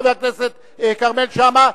חבר הכנסת כרמל שאמה,